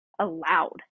allowed